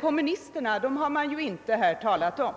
kommunistiska motionärerna har det inte talats om i det här sammanhanget?